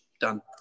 done